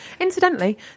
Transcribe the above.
Incidentally